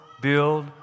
build